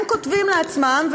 הם כותבים לעצמם,